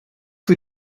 für